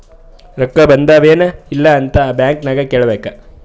ರೊಕ್ಕಾ ಬಂದಾವ್ ಎನ್ ಇಲ್ಲ ಅಂತ ಬ್ಯಾಂಕ್ ನಾಗ್ ಕೇಳಬೇಕ್